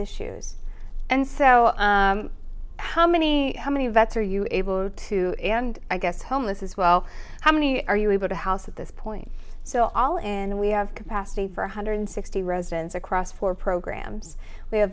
issues and so how many how many vets are you able to and i guess homeless as well how many are you able to house at this point so all and we have capacity for one hundred sixty residents across four programs w